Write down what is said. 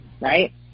right